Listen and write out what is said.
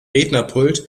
rednerpult